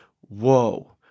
whoa